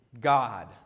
God